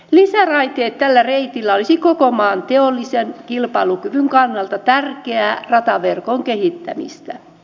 lisäraiteet tällä reitillä olisivat koko maan teollisen kilpailukyvyn kannalta tärkeää rataverkon kehittämistä